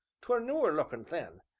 t were newer-lookin then,